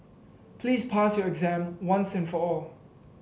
please pass your exam once and for all